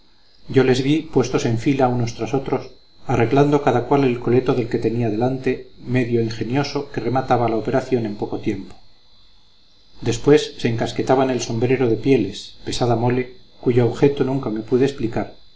yo les vi puestos en fila unos tras otros arreglando cada cual el coleto del que tenía delante medio ingenioso que remataba la operación en poco tiempo después se encasquetaban el sombrero de pieles pesada mole cuyo objeto nunca me pude explicar